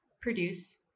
produce